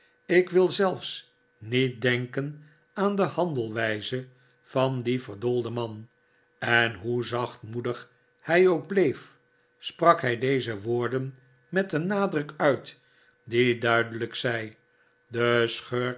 ik wil zelfs niet denken aan de handelwijze van dien verdoolden man en hoe zacht'moedig hij ook bleef sprak hij deze woorden met een nadruk uit die duidelijk zei de